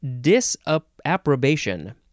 disapprobation